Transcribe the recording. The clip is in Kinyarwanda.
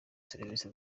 serivisi